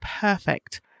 perfect